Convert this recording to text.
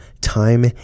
time